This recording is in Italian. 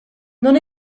non